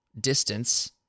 distance